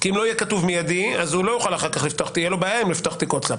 אם לא יהיה כתוב "מיידי" תהיה לו בעיה לפתוח תיק הוצל"פ.